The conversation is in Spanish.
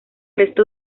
resto